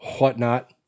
whatnot